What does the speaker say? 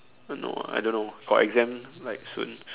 no I don't know got exam like soon